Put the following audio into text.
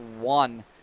one